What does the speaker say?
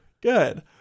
Good